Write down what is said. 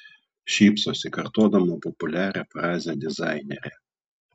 šypsosi kartodama populiarią frazę dizainerė